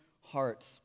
hearts